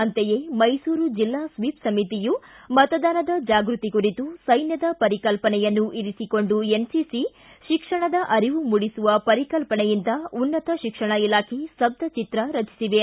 ಅಂತೆಯೇ ಮೈಸೂರು ಜಿಲ್ಲಾ ಸ್ವೀಪ್ ಸಮಿತಿಯು ಮತದಾನದ ಜಾಗೃತಿ ಕುರಿತು ಸೈನ್ನದ ಪರಿಕಲ್ಪನೆಯನ್ನು ಇರಿಸಿಕೊಂಡು ಎನ್ಸಿಸಿ ಶಿಕ್ಷಣ ಅರಿವು ಮೂಡಿಸುವ ಪರಿಕಲ್ಪನೆಯಿಂದ ಉನ್ನತ ಶಿಕ್ಷಣ ಇಲಾಖೆ ಸ್ತಬ್ಬಚಿತ್ರ ರಚಿಸಿವೆ